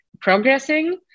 progressing